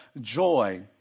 joy